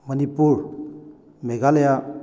Manipur Meghalaya